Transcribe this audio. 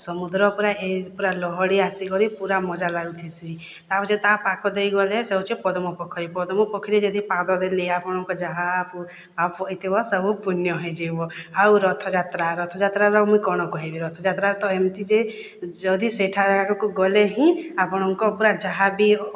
ସମୁଦ୍ର ପୁରା ପୁରା ଲହଡି ଆସିକରି ପୁରା ମଜା ଲାଗୁଥିସି ଆଉ ଯେ ତା ପାଖ ଦେଇ ଗଲେ ସେ ହେଉଛି ପଦ୍ମ ପୋଖରୀ ପଦ୍ମ ପୋଖରୀ ଯଦି ପାଦ ଦେଲେ ଆପଣଙ୍କର ଯାହା ପାପ ହେଇଥିବ ସବୁ ପୂଣ୍ୟ ହେଇଯିବ ଆଉ ରଥଯାତ୍ରା ରଥଯାତ୍ରାର ମୁଇଁ କ'ଣ କହିବି ରଥଯାତ୍ରା ତ ଏମିତି ଯେ ଯଦି ସେଠା ଜାଗାକୁ ଗଲେ ହିଁ ଆପଣଙ୍କ ପୁରା ଯାହା ବି